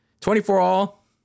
24-all